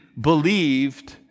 believed